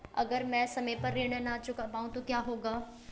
अगर म ैं समय पर ऋण न चुका पाउँ तो क्या होगा?